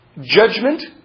judgment